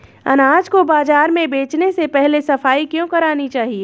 अनाज को बाजार में बेचने से पहले सफाई क्यो करानी चाहिए?